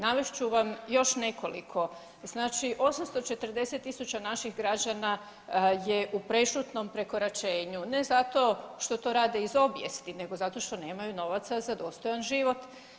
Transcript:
Navest ću vam još nekoliko, znači 840.000 naših građana je u prešutnom prekoračenju, ne zato što to rade iz obijesti nego zato što nemaju novaca za dostojan život.